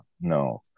no